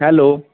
hello